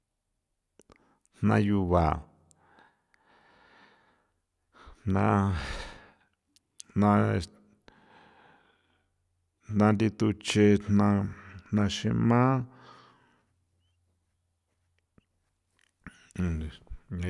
Jna yuba jna jnas jna ndituchi jna jna xema.